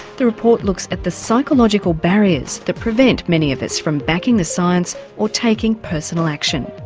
the report looks at the psychological barriers that prevent many of us from backing the science or taking personal action.